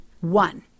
One